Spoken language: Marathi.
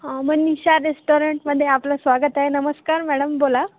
ह मनीषा रेस्टॉरंटमध्ये आपलं स्वागत आहे नमस्कार मॅडम बोला